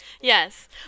Yes